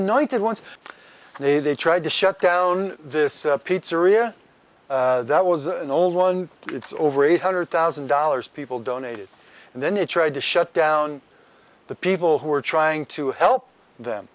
united once they they tried to shut down this pizzeria that was an old one it's over eight hundred thousand dollars people donated and then it tried to shut down the people who are trying to help them